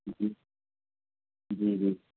ہوں ہوں جی جی